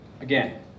again